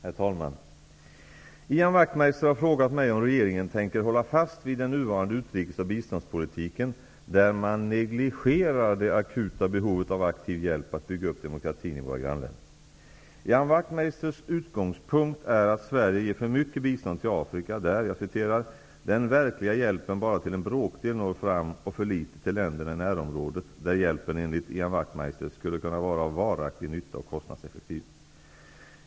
Herr talman! Ian Wachtmeister har frågat mig om regeringen tänker hålla fast vid den nuvarande utrikesoch biståndspolitiken där man negligerar det akuta behovet av aktiv hjälp att bygga upp demokratin i våra grannländer. Ian Wachtmeisters utgångspunkt är att Sverige ger för mycket bistånd till Afrika, där den verkliga hjälpen bara till en bråkdel når fram, och för litet till länderna i närområdet. Hjälpen skulle där, enligt Ian Wachtmeister, kunna vara av varaktig nytta och kostnadseffektiv.